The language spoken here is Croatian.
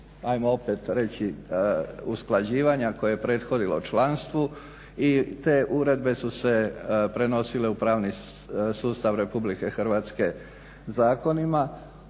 ajmo opet reći usklađivanja koje je prethodilo članstvu i te uredbe su se prenosile u pravni sustav Republike Hrvatske zakonima.